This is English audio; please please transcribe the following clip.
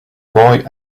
boy